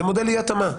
זה מודל אי התאמה.